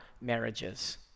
marriages